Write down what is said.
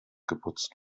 geputzt